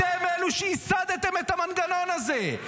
אתם אלו שייסדתם את המנגנון הזה.